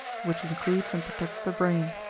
which includes and protects the brain.